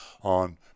on